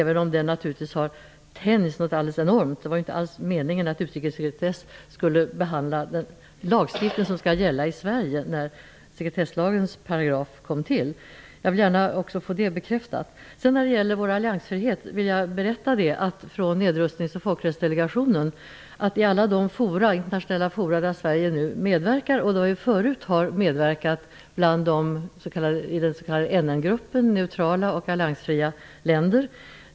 Den har naturligtvis tänjts något alldeles enormt. När sekretesslagens paragraf kom till var det ju inte alls meningen att utrikessekretessen skulle omfatta lagstiftningen i Sverige. Jag vill gärna få detta bekräftat. När det gäller vår alliansfrihet vill jag från Nedrustnings och folkrättsdelegationen berätta att Sverige förut har medverkat i den s.k. NM gruppen, som omfattar neutrala och alliansfria länder.